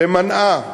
שמנעה,